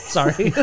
Sorry